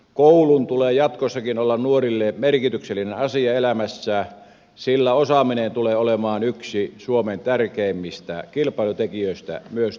koulun tulee jatkossakin olla nuorille merkityksellinen asia elämässä sillä osaaminen tulee olemaan yksi suomen tärkeimmistä kilpailutekijöistä myös tulevaisuudessa